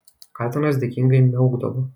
katinas dėkingai miaukdavo